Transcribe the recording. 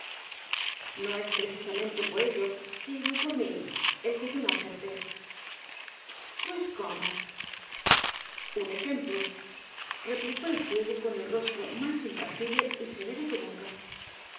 no es precisamente por ellos sino por mí el que yo no acepte pues cómo un ejemplo replicó el ciego con el rostro más impasible y severo que nunca así